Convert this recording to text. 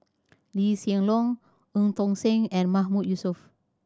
Lee Hsien Loong Eu Tong Sen and Mahmood Yusof